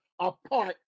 apart